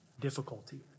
difficulty